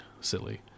silly